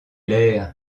l’air